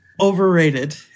overrated